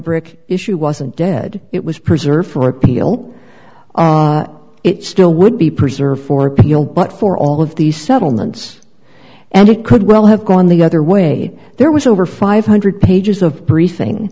brick issue wasn't dead it was preserved for appeal it still would be preserved but for all of these settlements and it could well have gone the other way there was over five hundred dollars pages of briefing